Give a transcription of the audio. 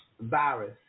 virus